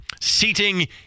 seating